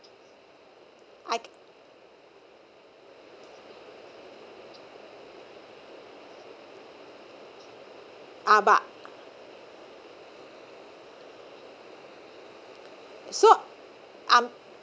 uh but so I'm